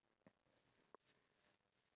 uh what's a good thing